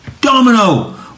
Domino